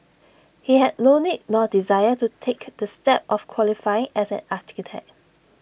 he had no need nor desire to take the step of qualifying as an architect